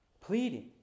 pleading